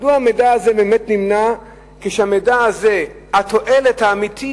מדוע המידע הזה באמת נמנע כשהתועלת האמיתית